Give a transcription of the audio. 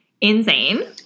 Insane